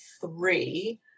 three